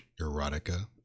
Erotica